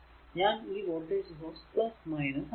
ഞാൻ ഈ voltage source ആക്കുന്നു